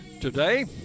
today